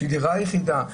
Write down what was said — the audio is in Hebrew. יש לי דירה יחידה.